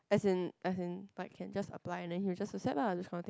as in as in like can just apply then we just accept lah this one thing